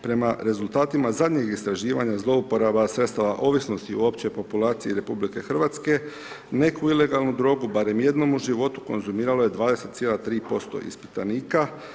Prema rezultatima zadnjih istraživanja zlouporaba sredstava ovisnosti uopće u populaciji RH neku ilegalnu drogu barem jednom u životu konzumiralo je 20,3% ispitanika.